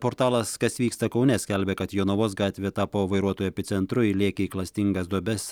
portalas kas vyksta kaune skelbia kad jonavos gatvė tapo vairuotojų epicentru įlėkę į klastingas duobes